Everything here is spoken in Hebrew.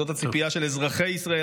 זאת הציפייה של אזרחי ישראל,